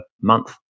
month